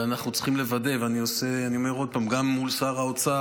ואנחנו צריכים לוודא, גם מול שר האוצר.